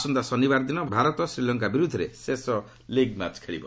ଆସନ୍ତା ଶନିବାର ଦିନ ଭାରତ ଶ୍ରୀଲଙ୍କା ବିର୍ତ୍ଧରେ ଶେଷ ଲିଗ୍ ମ୍ୟାଚ୍ ଖେଳିବ